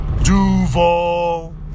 Duval